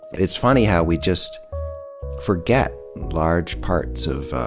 it's funny how we just forget large parts of